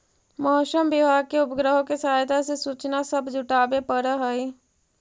मौसम विभाग के उपग्रहों के सहायता से सूचना सब जुटाबे पड़ हई